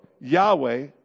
Yahweh